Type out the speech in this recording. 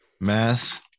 Mass